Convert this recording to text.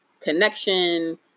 connection